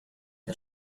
der